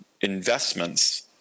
investments